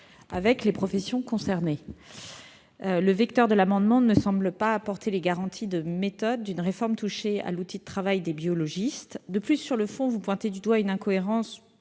avec les professions concernées. Le vecteur de l'amendement ne me semble pas apporter de garanties de méthode suffisantes pour une réforme touchant à l'outil de travail des biologistes. De plus, sur le fond, vous pointez du doigt une incohérence